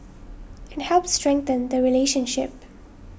it helps strengthen the relationship